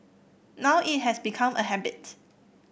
now it has become a habit